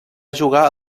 jugar